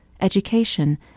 education